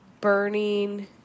burning